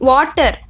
Water